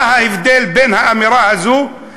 מה ההבדל בין האמירה הזו